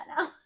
now